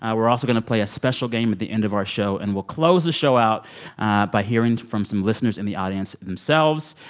we're also going to play a special game at the end of our show. and we'll close the show out by hearing from some listeners in the audience themselves.